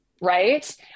right